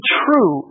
true